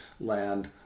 land